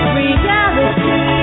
reality